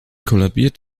kollabiert